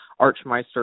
Archmeister